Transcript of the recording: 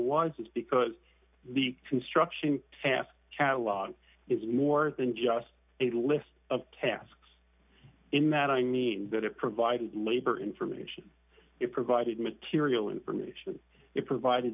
was is because the construction task catalog is more than just a list of tasks in that i mean that it provided labor information it provided material information it provided